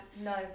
No